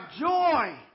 joy